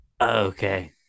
Okay